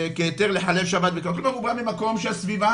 כהיתר לחלל שבת כלומר הוא בא ממקום שהסביבה,